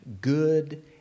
good